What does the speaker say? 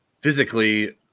physically